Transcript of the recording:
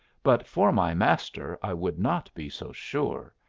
but for my master i would not be so sure.